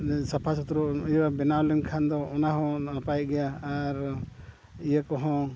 ᱥᱟᱯᱷᱟ ᱥᱩᱛᱨᱚ ᱤᱭᱟᱹ ᱵᱮᱱᱟᱣ ᱞᱮᱱᱠᱷᱟᱱ ᱫᱚ ᱚᱱᱟᱦᱚᱸ ᱱᱟᱯᱟᱭ ᱜᱮᱭᱟ ᱟᱨ ᱤᱭᱟᱹ ᱠᱚᱦᱚᱸ